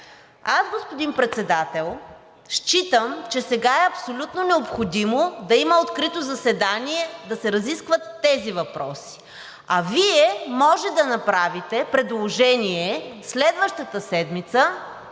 Аз, господин Председател, считам, че сега е абсолютно необходимо да има открито заседание и да се разискват тези въпроси, а Вие може да направите предложение следващата седмица